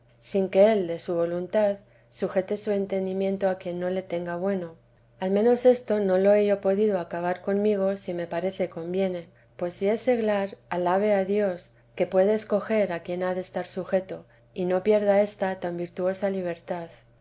sin que él de su voluntad sujete su entendimiento a quien no le tenga bueno al menos esto no lo he yo podido acabar conmigo ni me parece conviene pues si es seglar alabe a dios que puede escoger a quien ha de estar sujeto y no pierda esta tan virtuosa libertad